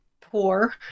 poor